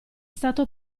stato